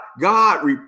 God